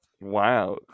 Wow